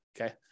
Okay